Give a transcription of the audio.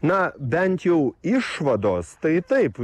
na bent jau išvados tai taip